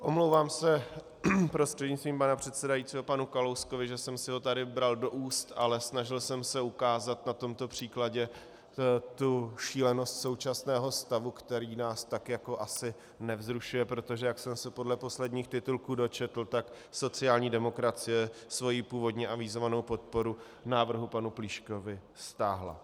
Omlouvám se prostřednictvím pana předsedajícího panu Kalouskovi, že jsem si ho tady bral do úst, ale snažil jsem se ukázat na tomto příkladě šílenost současného stavu, který nás asi nevzrušuje, protože jak jsem se podle posledních titulků dočetl, tak sociální demokracie svoji původně avizovanou podporu návrhu panu Plíškovi stáhla.